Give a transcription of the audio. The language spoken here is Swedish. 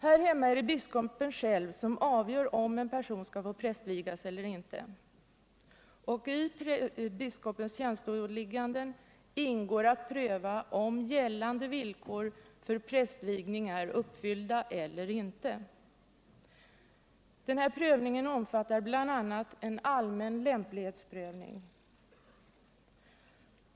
Här hemma är det biskopen själv som avgör om en person skall få prästvigas eller cj. I biskopens tjänsteåliggande ingår att pröva om gällande villkor för prästvigning är uppfyllda eller inte. Den här prövningen omfattar bl.a. en allmän läimplighetsprövning.